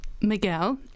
Miguel